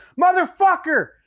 Motherfucker